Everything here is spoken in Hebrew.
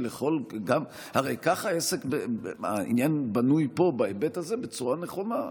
הרי העניין בנוי פה, בהיבט הזה, בצורה נכונה.